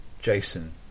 Jason